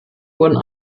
wurden